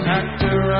actor